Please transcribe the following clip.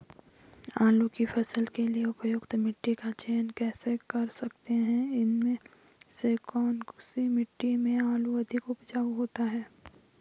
आलू की फसल के लिए उपयुक्त मिट्टी का चयन कैसे कर सकते हैं इसमें से कौन सी मिट्टी में आलू अधिक उपजाऊ होता है?